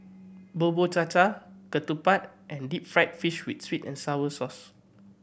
Bubur Cha Cha ketupat and deep fried fish with sweet and sour sauce